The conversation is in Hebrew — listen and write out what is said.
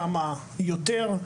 כמה יותר.